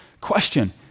question